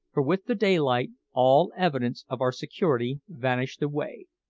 for with the daylight all evidence of our security vanished away.